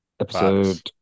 Episode